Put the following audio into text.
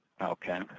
Okay